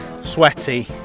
sweaty